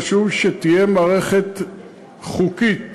חשוב שתהיה מערכת חוקית